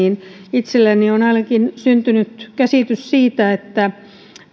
itselleni on ainakin syntynyt käsitys että